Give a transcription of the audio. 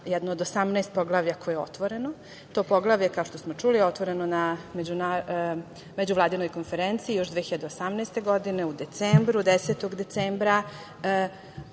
jedno od 18 poglavlja koje je otvoreno. To poglavlje, kao što smo čuli je otvoreno na međuvladinoj konferenciji, još 2018. godine, 10. decembra,